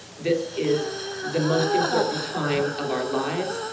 this is the most important time of our lives.